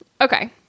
Okay